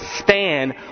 stand